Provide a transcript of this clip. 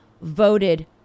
voted